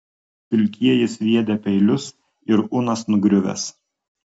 pilkieji sviedę peilius ir unas nugriuvęs